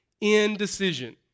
indecision